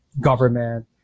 government